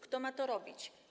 Kto ma to robić?